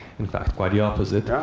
in fact, quite the opposite.